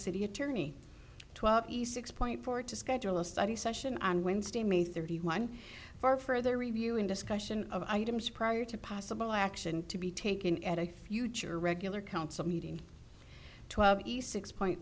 city attorney twelve east six point four to schedule a study session on wednesday may thirty one for further review and discussion of items prior to possible action to be taken at a future regular council meeting twelve east six point